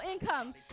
income